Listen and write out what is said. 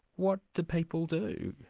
what do people do?